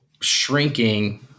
shrinking